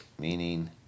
meaning